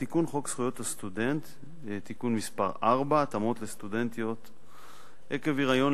הצעת חוק זכויות הסטודנט (תיקון מס' 4) (התאמות לסטודנטיות עקב היריון,